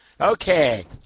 Okay